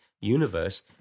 Universe